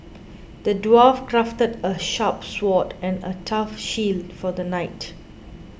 the dwarf crafted a sharp sword and a tough shield for the knight